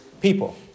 people